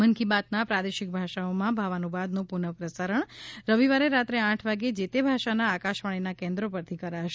મન કી બાતના પ્રાદેશિક ભાષાઓમાં ભાવાનુવાદનું પુનઃ પ્રસારણ રવિવારે રાત્રે આઠ વાગે જે તે ભાષાના આકાશવાણીના કેન્દ્રો પરથી કરાશે